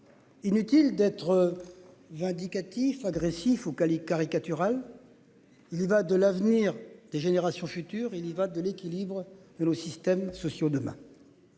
Inutile d'être. Vindicatif agressif ou Cali caricatural. Il y va de l'avenir des générations futures. Il y va de l'équilibre et le système sociaux demain.